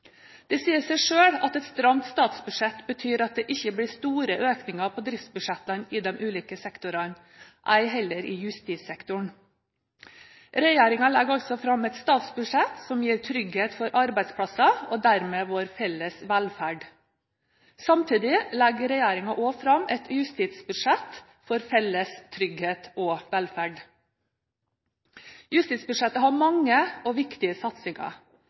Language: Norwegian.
Det sier seg selv at et stramt statsbudsjett betyr at det ikke blir store økninger på driftsbudsjettene i de ulike sektorene, ei heller i justissektoren. Regjeringen legger altså fram et statsbudsjett som gir trygghet for arbeidsplasser og dermed vår felles velferd. Samtidig legger regjeringen fram et justisbudsjett for felles trygghet og velferd. Justisbudsjettet har mange og viktige satsinger.